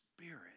Spirit